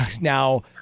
now